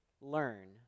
learn